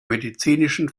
medizinischen